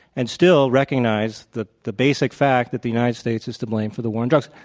and still recognize the, the basic fact that the united states is to blame for the war on drugs.